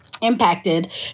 impacted